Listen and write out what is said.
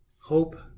Hope